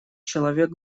человек